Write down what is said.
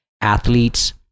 athletes